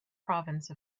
province